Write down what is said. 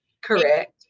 Correct